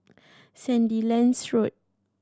Sandilands Road